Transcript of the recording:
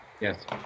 Yes